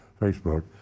Facebook